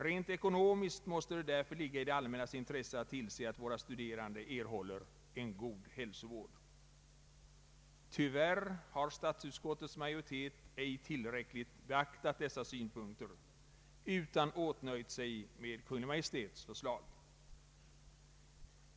Rent ekonomiskt måste det därför ligga i det allmännas intresse att tillse att våra studerande erhåller en god hälsovård. Tyvärr har statsutskottets majoritet ej tillräckligt beaktat dessa synpunkter utan åtnöjt sig med Kungl. Maj:ts förslag.